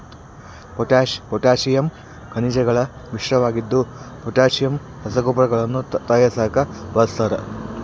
potash potassium ಖನಿಜಗಳ ಮಿಶ್ರಣವಾಗಿದ್ದು potassium ರಸಗೊಬ್ಬರಗಳನ್ನು ತಯಾರಿಸಾಕ ಬಳಸ್ತಾರ